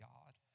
God